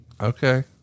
Okay